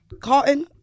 Cotton